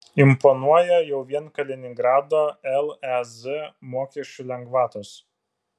imponuoja jau vien kaliningrado lez mokesčių lengvatos